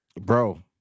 Bro